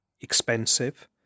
expensive